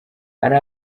hari